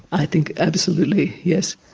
i think absolutely, yes.